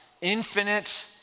infinite